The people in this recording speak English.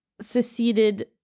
seceded